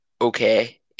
Okay